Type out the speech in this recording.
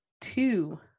two